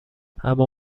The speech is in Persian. اما